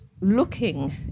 looking